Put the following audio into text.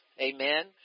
amen